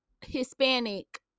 Hispanic